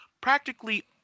practically